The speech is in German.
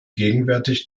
gegenwärtig